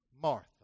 Martha